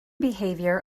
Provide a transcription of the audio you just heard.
behaviour